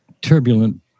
turbulent